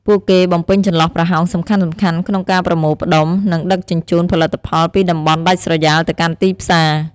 ពួកគេបំពេញចន្លោះប្រហោងសំខាន់ៗក្នុងការប្រមូលផ្តុំ និងដឹកជញ្ជូនផលិតផលពីតំបន់ដាច់ស្រយាលទៅកាន់ទីផ្សារ។